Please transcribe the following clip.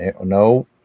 No